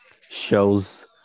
Shows